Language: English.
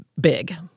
big